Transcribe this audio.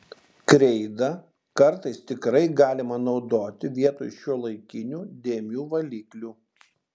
kreidą kartais tikrai galima naudoti vietoj šiuolaikinių dėmių valiklių